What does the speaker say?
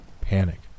Panic